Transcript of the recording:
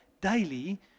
daily